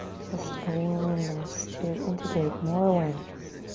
just a willingness to integrate more awareness.